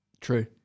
True